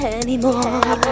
anymore